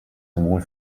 sowohl